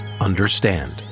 understand